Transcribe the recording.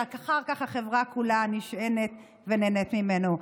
שרק אחר כך החברה כולה נשענת עליו ונהנית ממנו.